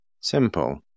simple